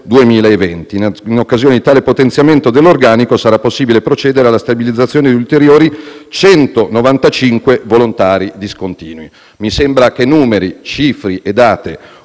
2020. In occasione di tale potenziamento dell'organico, sarà possibile procedere alla stabilizzazione di ulteriori 195 volontari discontinui. Mi sembra che numeri, cifre e date